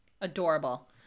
adorable